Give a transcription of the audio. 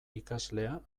ikaslea